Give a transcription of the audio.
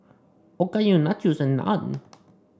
Okayu Nachos and Naan